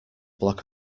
block